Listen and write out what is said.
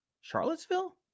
Charlottesville